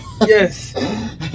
yes